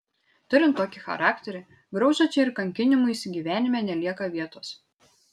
turint tokį charakterį graužačiai ir kankinimuisi gyvenime nelieka vietos